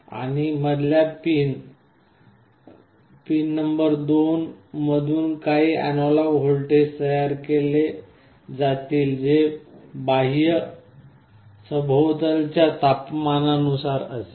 आणि मधल्या pin number 2 मधून काही अॅनालॉग व्होल्टेज तयार केले जातील जे बाह्य सभोवतालच्या तपमानानुसार असेल